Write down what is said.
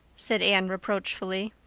said anne reproachfully.